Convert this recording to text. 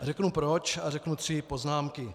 A řeknu proč a řeknu tři poznámky.